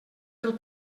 del